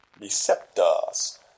receptors